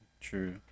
true